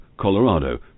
Colorado